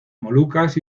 molucas